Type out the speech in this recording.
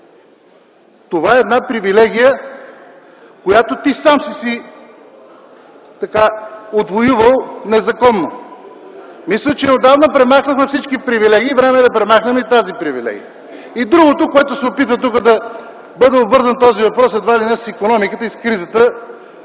това е привилегия, която ти сам си отвоювал незаконно. Мисля, че отдавна премахнахме всички привилегии. Време е да премахнем и тази привилегия. И друго, опитваме се този въпрос да бъде обвързан едва ли не с икономиката и с кризата,